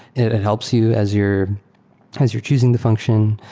it helps you as you're as you're choosing the function.